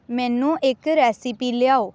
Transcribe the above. ਮੈਨੂੰ ਇੱਕ ਰੈਸਿਪੀ ਲਿਆਓ